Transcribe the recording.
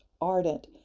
ardent